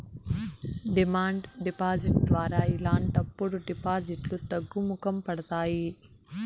demand deposit ద్వారా ఇలాంటప్పుడు డిపాజిట్లు తగ్గుముఖం పడతాయి